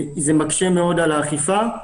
זה מקשה מאוד על האכיפה.